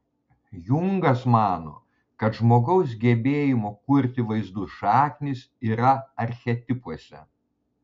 jungas mano kad žmogaus gebėjimo kurti vaizdus šaknys yra archetipuose